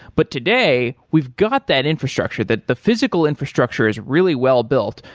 but today we've got that infrastructure, that the physical infrastructure is really well-built.